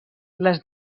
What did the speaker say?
les